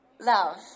Love